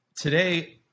today